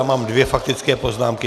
Mám dvě faktické poznámky.